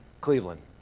Cleveland